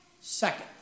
Second